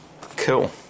Cool